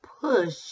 push